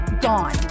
gone